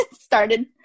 started